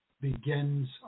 begins